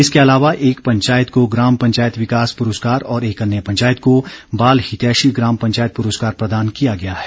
इसके अलावा एक पंचायत को ग्राम पंचायत विकास पुरस्कार और एक अन्य पंचायत को बाल हितैषी ग्राम पंचायत पुरस्कार प्रदान किया गया है